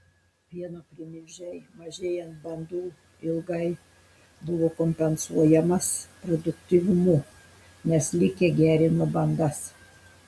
pieno primilžiai mažėjant bandų ilgai buvo kompensuojamas produktyvumu nes likę gerino bandas